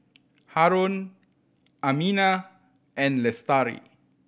Haron Aminah and Lestari